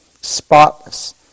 spotless